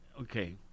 okay